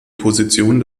position